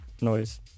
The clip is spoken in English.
noise